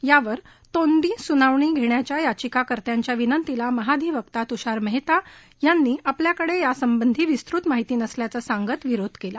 यावर तोंडी सुनावणी घेण्याच्या याचिका कर्त्यांच्या विनंतीला महाधिवक्ता तुषार मेहता यांनी आपल्याकडे यासंबंधी विस्तृत माहिती नसल्याचं सांगत विरोध केला